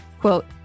quote